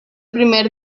primer